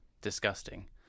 disgusting